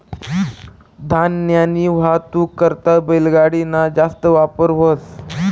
धान्यनी वाहतूक करता बैलगाडी ना जास्त वापर व्हस